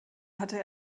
hatte